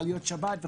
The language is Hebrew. מעליות שבת,